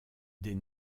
des